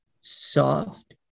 soft